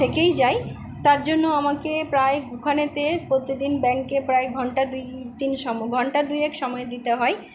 থেকেই যায় তার জন্য আমাকে প্রায় ওখানেতে প্রতিদিন ব্যাংকে প্রায় ঘন্টা দুই তিন ঘন্টা দুয়েক সময় দিতে হয়